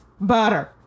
butter